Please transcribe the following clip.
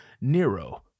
Nero